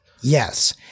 Yes